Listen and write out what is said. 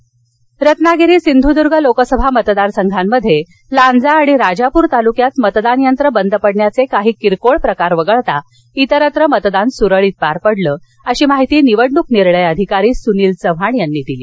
रत्नागिरी रत्नागिरी सिंधुर्द्ग लोकसभा मतदारसंघांमध्ये लांजा आणि राजापूर तालुक्यात मतदान यंत्र बंद पडण्याचे काही किरकोळ प्रकार वगळता इतरत्र मतदान सुरळीत पार पडलं अशी माहिती निवडणूक निर्णय अधिकारी सुनील चव्हाण यांनी दिली